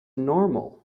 normal